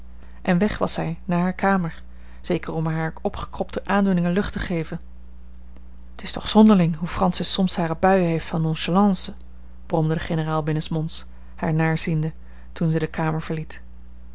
en weg was zij naar hare kamer zeker om er hare opgekropte aandoeningen lucht te geven t is toch zonderling hoe francis soms hare buien heeft van nonchalance bromde de generaal binnensmonds haar naziende toen zij de kamer verliet